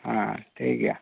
ᱦᱮᱸ ᱴᱷᱤᱠ ᱜᱮᱭᱟ